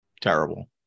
terrible